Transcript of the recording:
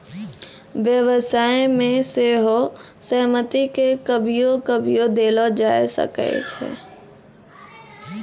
व्यवसाय मे सेहो सहमति के कभियो कभियो देलो जाय सकै छै